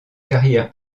carrière